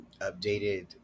updated